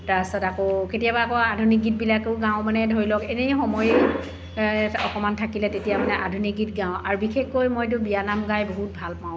তাৰপিছত আকৌ কেতিয়াবা আকৌ আধুনিক গীতবিলাকো গাওঁ মানে ধৰি লওক এনেই মানে সময় অকণমান থাকিলে তেতিয়া মানে আধুনিক গীত গাওঁ আৰু বিশেষকৈ মইতো বিয়ানাম গাই বহুত ভাল পাওঁ